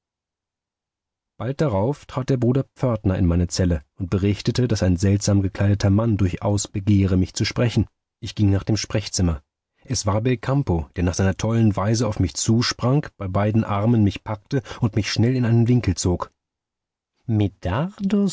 bald darauf trat der bruder pförtner in meine zelle und berichtete daß ein seltsam gekleideter mann durchaus begehre mich zu sprechen ich ging nach dem sprachzimmer es war belcampo der nach seiner tollen weise auf mich zusprang bei beiden armen mich packte und mich schnell in einen winkel zog